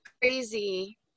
crazy